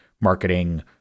marketing